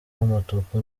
umutuku